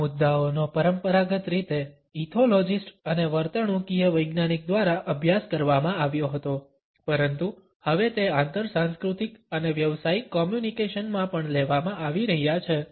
આ મુદ્દાઓનો પરંપરાગત રીતે ઇથોલોજિસ્ટ અને વર્તણૂકીય વૈજ્ઞાાનિક દ્વારા અભ્યાસ કરવામાં આવ્યો હતો પરંતુ હવે તે આંતરસાંસ્કૃતિક અને વ્યવસાયિક કોમ્યુનકેશનમાં પણ લેવામાં આવી રહ્યા છે